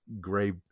gray